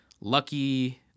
Lucky